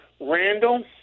Randall